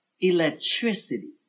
electricity